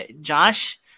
Josh